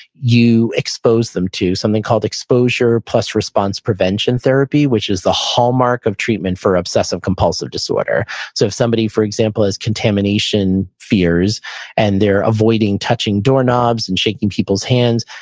you expose them to something called exposure plus response prevention therapy, which is the hallmark of treatment for obsessive compulsive disorder so if somebody for example, has contamination fears and they're avoiding touching doorknobs and shaking people's hands,